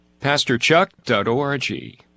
PastorChuck.org